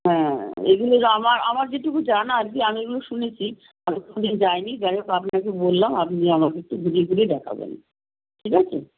হ্যাঁ এগুলো তো আমার আমার যেটুকু জানা আর কি আমি এগুলো শুনেছি আমি কোনো দিন যাইনি যাই হোক আপনাকে বললাম আপনি আমাকে একটু ঘুরিয়ে ঘুরিয়ে দেখাবেন ঠিক আছে